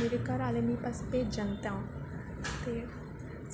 मेरे घरै आह्ले मिगी बस भेजन तां ते